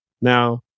Now